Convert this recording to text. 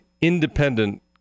independent